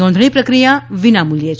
નોંધણી પ્રક્રિયા વિના મુલ્ય છે